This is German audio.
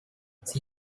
sie